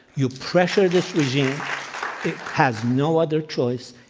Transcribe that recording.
you pressure this regime. it has no other choice.